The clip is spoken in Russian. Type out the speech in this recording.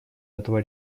этого